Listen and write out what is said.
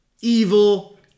evil